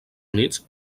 units